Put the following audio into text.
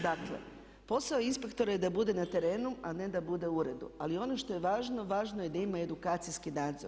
Dakle, posao inspektora je da bude na terenu a ne da bude u uredu, ali ono što je važno važno je da ima edukacijski nadzor.